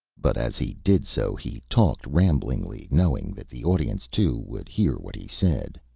but, as he did so, he talked, ramblingly, knowing that the audience, too, would hear what he said.